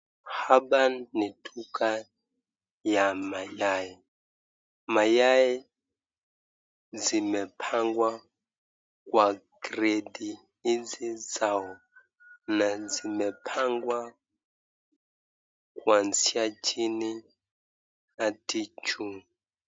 Hapa ni duka ya mayai. Mayai zimepangwa kwa kreti hizi zao, na zimepangwa kuanzia chini hadi juu.